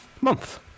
month